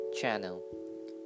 channel